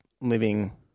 living